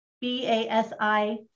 b-a-s-i